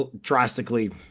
drastically